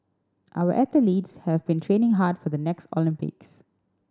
our athletes have been training hard for the next Olympics